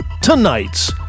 tonight's